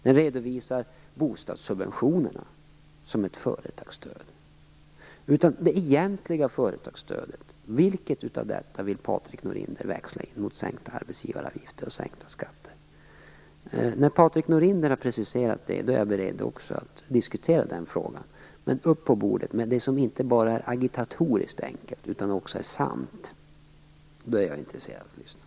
Där redovisas bostadssubventionerna som ett företagsstöd. Norinder växla in mot sänkta arbetsgivaravgifter och sänkta skatter? När Patrik Norinder har preciserat det är jag beredd att diskutera den frågan. Upp på bordet med det som inte bara är agitatoriskt enkelt utan också är sant! Då är jag intresserad av att lyssna.